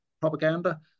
propaganda